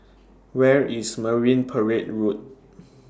Where IS Marine Parade Road